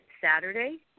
Saturday